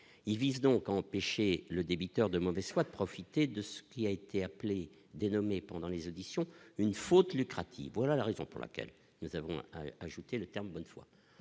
il vise donc empêcher le débiteur soit de profiter de ce qui a été appelé dénommé pendant les auditions, une faute lucrative, voilà la raison pour laquelle nous avons ajouté le terme bonne foi